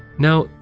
now,